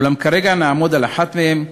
אולם כרגע נעמוד על אחת מהן,